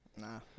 Nah